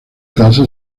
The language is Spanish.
tasa